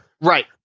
Right